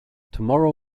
tomorrow